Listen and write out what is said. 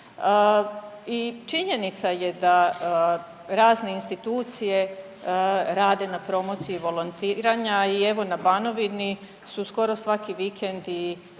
I činjenica je da razne institucije rade na promociji volontiranja i evo na Banovini su skoro svaki vikend iz